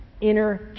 inner